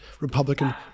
Republican